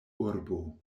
urbo